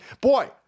Boy